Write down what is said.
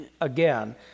again